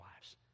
wives